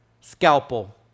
scalpel